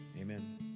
Amen